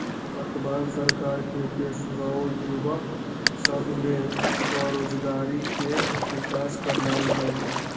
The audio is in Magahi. वर्तमान सरकार के उद्देश्य नओ जुबक सभ में स्वरोजगारी के विकास करनाई हई